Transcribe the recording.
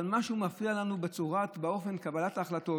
משהו מפריע לנו באופן קבלת ההחלטות,